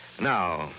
Now